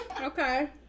Okay